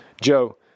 Joe